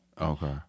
Okay